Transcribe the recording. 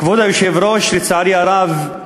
כבוד היושב-ראש, לצערי הרב,